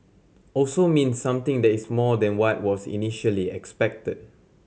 also means something that is more than what was initially expected